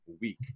week